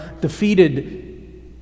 defeated